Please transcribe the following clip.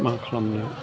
मा खालामनो